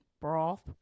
broth